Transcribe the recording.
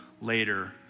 later